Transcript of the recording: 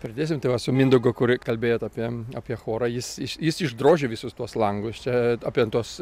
pridėsim tai va su mindaugu kur kalbėjot apie apie chorą jis iš jis išdrožė visus tuos langus čia apien tuos